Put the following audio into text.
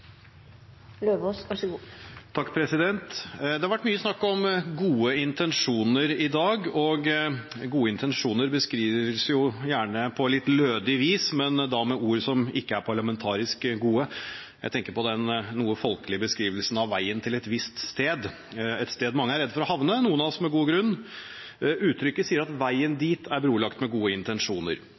Det har vært mye snakk om gode intensjoner i dag, og gode intensjoner beskrives jo gjerne på litt lødig vis, men da med ord som ikke er parlamentarisk gode – jeg tenker da på den noe folkelige beskrivelsen av veien til et visst sted, et sted mange er redde for å havne, noen av oss med god grunn. Uttrykket sier at veien dit er brolagt med gode intensjoner.